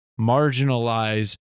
marginalize